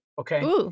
Okay